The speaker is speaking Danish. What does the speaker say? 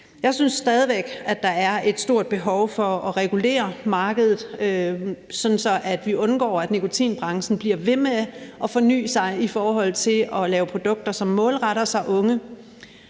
Jeg synes stadig væk, at der er et stort behov for at regulere markedet, sådan at vi undgår, at nikotinbranchen bliver ved med at forny sig i forhold til at lave produkter, som målretter sig unge,